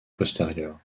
postérieures